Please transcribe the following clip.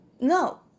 No